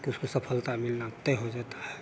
कि उसको सफलता लेना तय हो जाता है